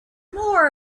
more